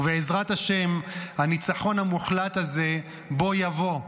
ובעזרת השם הניצחון המוחלט הזה בוא יבוא.